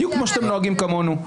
בדיוק כמו שאתם נוהגים איתנו.